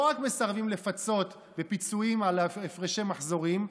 לא רק מסרבים לפצות בפיצויים על הפרשי מחזורים,